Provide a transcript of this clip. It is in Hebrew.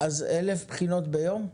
אז 1,500 בחינות ביום?